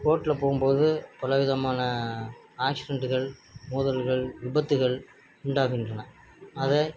ரோட்டில் போகும்போது பலவிதமான ஆக்ஸிடெண்ட்டுகள் மோதல்கள் விபத்துகள் உண்டாகின்றன அதை